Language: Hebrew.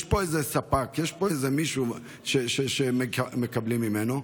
יש פה איזה ספק, יש פה איזה מישהו שמקבלים ממנו.